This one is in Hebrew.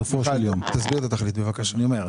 תסביר בבקשה את התכלית.